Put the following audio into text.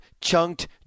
chunked